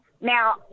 Now